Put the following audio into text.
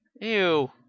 Ew